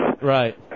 Right